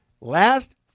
Last